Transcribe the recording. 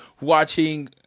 watching